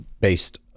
based